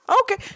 Okay